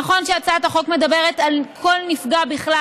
נכון שהצעת החוק מדברת על כל נפגע בכלל,